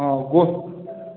ହଁ କୁହ